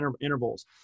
intervals